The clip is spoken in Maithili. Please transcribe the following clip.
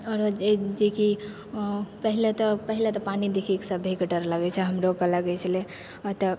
आओर जे जेकि पहिले तऽ पहिले तऽ पानी देखिकऽ सबके डर लगै छै हमरो लगै छलै ओतहि